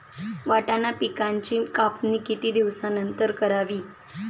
वाटाणा पिकांची कापणी किती दिवसानंतर करावी?